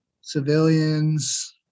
civilians